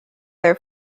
their